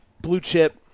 blue-chip